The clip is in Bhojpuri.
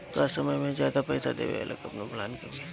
कम समय में ज्यादा पइसा देवे वाला कवनो प्लान बा की?